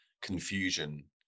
confusion